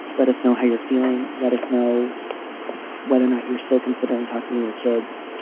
let us know how you're feeling. let us know whether or not you're still considering talking to your kids.